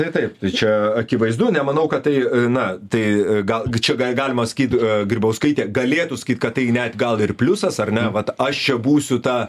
tai taip čia akivaizdu nemanau kad tai na tai gal čia ga galima sakyt grybauskaitė galėtų sakyt kad tai net gal ir pliusas ar ne vat aš čia būsiu ta